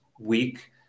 week